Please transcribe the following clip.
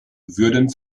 würden